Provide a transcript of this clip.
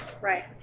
right